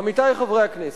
עמיתי חברי הכנסת,